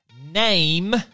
name